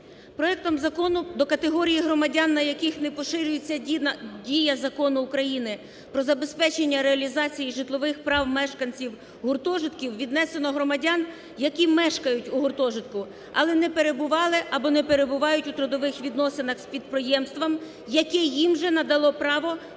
Проектом закону до категорії громадян, на яких не поширюється дія Закону України про забезпечення реалізації житлових прав мешканців гуртожитків віднесено громадян, віднесено громадян, які мешкають у гуртожитку, але не перебували або не перебувають у трудових відносинах з підприємством, яке їм же надало право